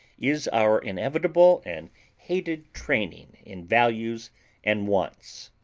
is our inevitable and hated training in values and wants,